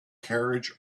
carriage